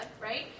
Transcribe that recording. right